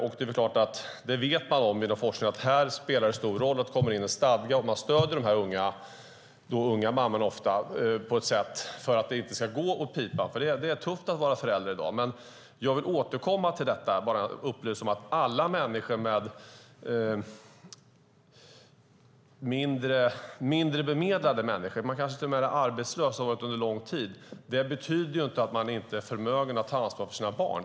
Inom forskning vet man att det spelar stor roll att det kommer in en stadga och att man stöder de här ofta unga mammorna för att det inte ska gå åt pipan. Det är tufft att vara förälder i dag. Jag vill upplysa om att det faktum att människor är mindre bemedlade och kanske till och med är arbetslösa, och har varit det under lång tid, inte betyder att de är oförmögna att ta ansvar för sina barn.